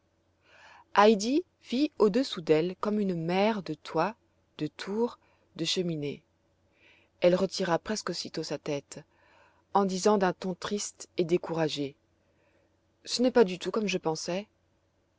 vit au-dessous d'elle comme une mer de toits de tours de cheminées elle retira presque aussitôt sa tête en disant d'un ton triste et découragé ce n'est pas du tout comme je pensais